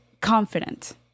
confident